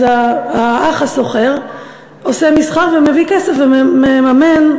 אז האח הסוחר עושה מסחר ומביא כסף ומממן,